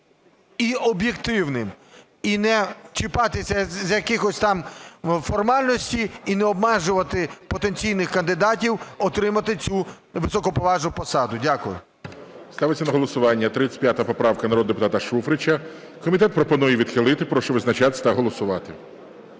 і об'єктивним, і не чіпатись за якісь там формальності, і не обмежувати потенційних кандидатів отримати цю високоповажну посаду. Дякую. ГОЛОВУЮЧИЙ. Ставиться на голосування 35 поправка народного депутата Шуфрича. Комітет пропонує її відхилити. Прошу визначатись та голосувати.